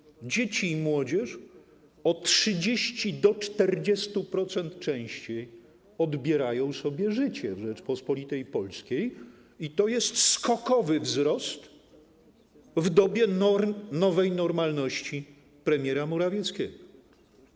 Dzieci i młodzież od 30% do 40% częściej obierają sobie życie w Rzeczypospolitej Polskiej i to jest skokowy wzrost w dobie norm nowej normalności premiera Morawieckiego.